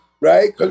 right